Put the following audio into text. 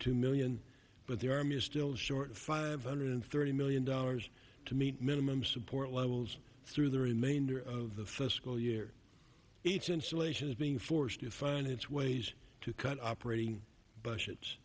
two million but the army is still short of five hundred thirty million dollars to meet minimum support levels through the remainder of the fiscal year each insulation is being forced to find its ways to cut operating budgets